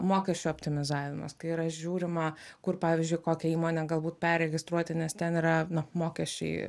mokesčių optimizavimas kai yra žiūrima kur pavyzdžiui kokią įmonę galbūt perregistruoti nes ten yra na mokesčiai